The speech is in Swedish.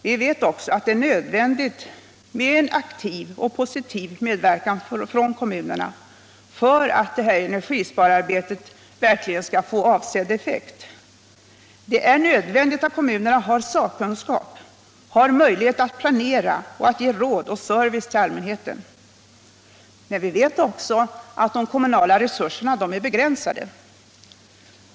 Vi vet också att det är nödvändigt med en aktiv och positiv medverkan från kommunerna för att energispararbetet verkligen skall få avsedd effekt. Det är nödvändigt att kommunerna har sakkunskap, har möjlighet att planera och att ge råd och service till allmänheten. Vi vet därtill att de kommunala resurserna är begränsade.